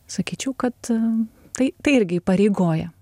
sakyčiau kad tai tai irgi įpareigoja